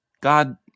God